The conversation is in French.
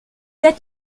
êtes